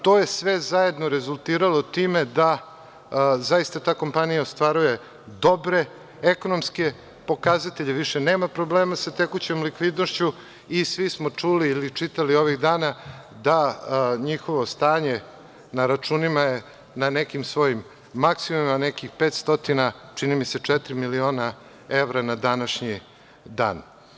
To je sve zajedno rezultiralo time da zaista ta kompanija ostvaruje dobre ekonomske pokazatelje, više nema probleme sa tekućom likvidnošću, i svi smo čuli ili čitali ovih dana, da njihovo stanje na računima na nekim svojim maksimumima, na nekih 500, čini mi se, nekih četiri miliona evra na današnji dan.